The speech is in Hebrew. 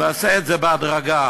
נעשה את זה בהדרגה.